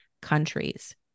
countries